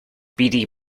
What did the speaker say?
beady